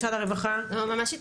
משרד הרווחה, בבקשה.